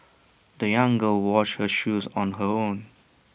the young girl washed her shoes on her own